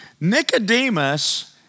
Nicodemus